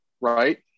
right